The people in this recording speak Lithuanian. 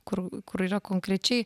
kur kur yra konkrečiai